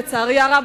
לצערי הרב,